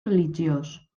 religiós